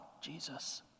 Jesus